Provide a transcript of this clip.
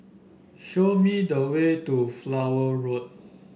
show me the way to Flower Road